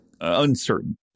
uncertain